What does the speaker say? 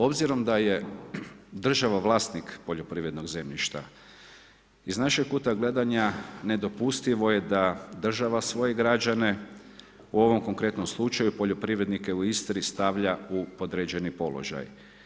Obzirom da je država vlasnik poljoprivrednog zemljišta, iz našeg kuta gledanja, nedopustivo je da država svoje građane, u ovom konkretnom slučaju, poljoprivrednike u Istri stavlja u podređeni položaj.